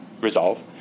resolve